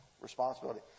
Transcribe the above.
responsibility